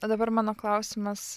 o dabar mano klausimas